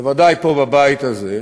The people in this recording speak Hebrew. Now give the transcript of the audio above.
בוודאי פה בבית הזה,